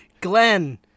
Glenn